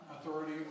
authority